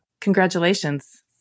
Congratulations